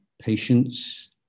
patience